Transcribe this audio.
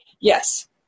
Yes